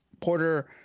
porter